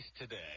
today